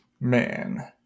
man